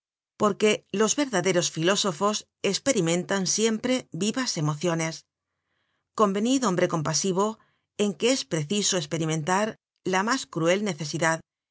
porque los verdaderos filósofos esperimentan siemprevivas emociones convenid hombre compasivo en que es preciso esperimentar la mas cruel necesidad